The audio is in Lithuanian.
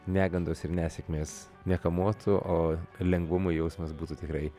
negandos ir nesėkmės nekamuotų o lengvumo jausmas būtų tikrai